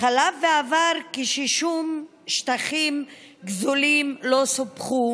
חלף ועבר כששום שטחים גזולים לא סופחו